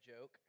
joke